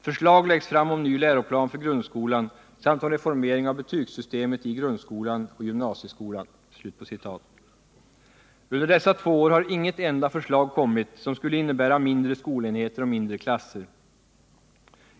Förslag läggs fram om ny läroplan för grundskolan samt om reformering av betygssystemet i grundskolan och gymnasieskolan.” Under dessa två år har inget enda förslag framlagts, som skulle innebära mindre skolenheter och mindre klasser.